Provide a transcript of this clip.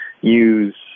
use